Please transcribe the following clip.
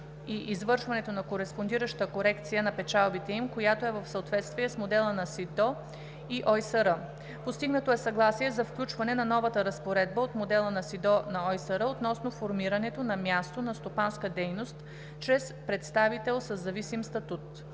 и извършването на кореспондираща корекция на печалбите им, която е в съответствие с Модела на СИДДО на ОИСР; - постигнато е съгласие за включване на новата разпоредба от Модела на СИДДО на ОИСР относно формирането на място на стопанска дейност чрез представител със зависим статут.